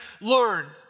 learned